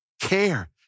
care